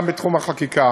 גם בתחום החקיקה